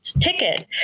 ticket